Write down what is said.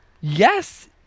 Yes